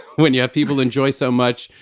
when you have people enjoy so much,